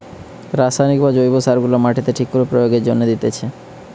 রাসায়নিক বা জৈব সার গুলা মাটিতে ঠিক করে প্রয়োগের জন্যে দিতেছে